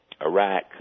Iraq